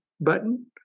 button